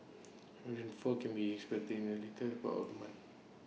rainfall can be expected in the later part of month